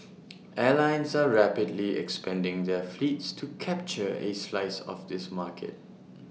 airlines are rapidly expanding their fleets to capture A slice of this market